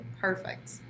Perfect